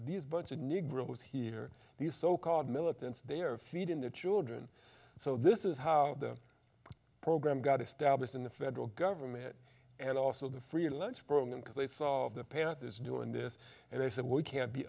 these bunch of negroes here these so called militants they are feeding the children so this is how the program got established in the federal government and also the free lunch program because they saw the payout this doing this and they said we can't be